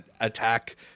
attack